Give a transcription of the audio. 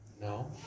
No